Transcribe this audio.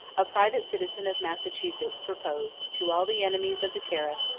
a private citizen of massachusetts proposed to all the enemies of the tariff,